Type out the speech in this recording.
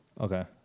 Okay